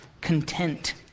content